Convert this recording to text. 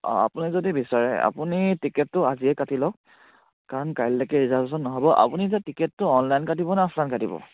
অঁ আপুনি যদি বিচাৰে আপুনি টিকেটটো আজিয়ে কাটি লওক কাৰণ কাইলৈকে ৰিজাৰভেশ্যন নহ'ব আপুনি যে টিকেটটো অনলাইন কাটিব নে অফলাইন কাটিব